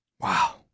Wow